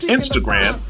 Instagram